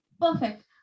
Perfect